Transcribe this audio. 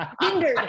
Hindered